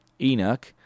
Enoch